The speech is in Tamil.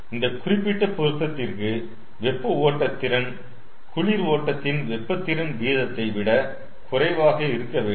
இந்த குறிப்பிட்ட பொருத்தத்திற்கு வெப்ப ஓட்ட திறன் குளிர் ஓட்டத்தின் வெப்ப திறன் வீதத்தை விட குறைவாக இருக்க வேண்டும்